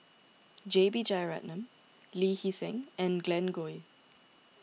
J B Jeyaretnam Lee Hee Seng and Glen Goei